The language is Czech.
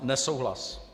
Nesouhlas.